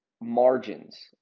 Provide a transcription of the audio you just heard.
margins